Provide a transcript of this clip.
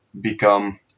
become